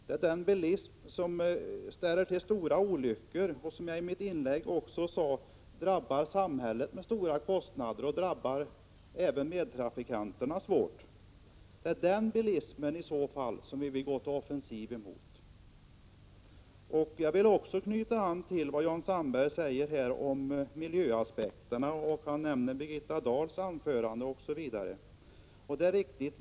Det är de som ställer till stora olyckor och, som jag sade i mitt inledningsanförande, förorsakar samhället stora kostnader och även drabbar medtrafikanterna svårt. Det är den bilismen som vi i så fall går till offensiv emot. Jag vill också knyta an till vad Jan Sandberg sade om miljöaspekterna. Han — Prot. 1985/86:159 nämnde bl.a. Birgitta Dahls uttalande. Det är riktigt.